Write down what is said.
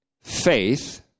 faith